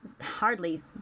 hardly